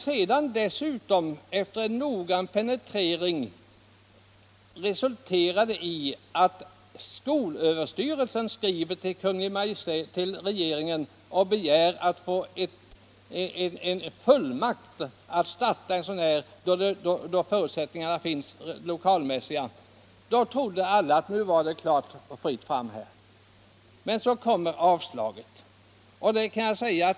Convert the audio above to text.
Men när sedan en noggrann penetrering i skolöverstyrelsen resulterade i att SÖ i skrivelse till regeringen begärde att få fullmakt att starta en gymnasieskola i Simrishamn, då de lokalmässiga förutsättningarna fanns, trodde alla att det nu var helt klart. Men så kom avslaget.